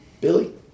Billy